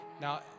Now